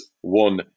One